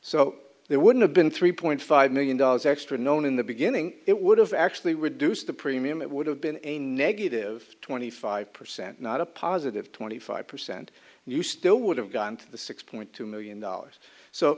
so there wouldn't have been three point five million dollars extra known in the beginning it would have actually reduced the premium it would have been a negative twenty five percent not a positive twenty five percent and you still would have gotten to the six point two million dollars so